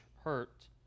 hurt